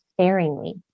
sparingly